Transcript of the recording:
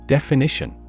Definition